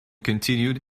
continued